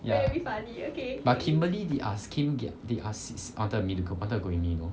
ya but kimberly did ask kim did did ask s~ wanted to meet wanted to go with me